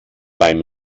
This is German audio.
beim